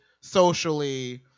socially